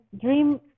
dream